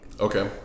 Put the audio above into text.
Okay